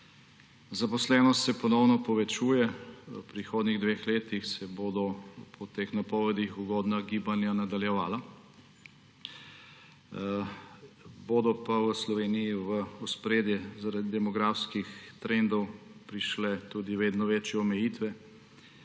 Zaposlenost se ponovno povečuje. V prihodnih dveh letih se bodo po teh napovedih ugodna gibanja nadaljevala, bodo pa v Sloveniji v ospredje zaradi demografskih trendov prišle tudi vedno večje omejitve,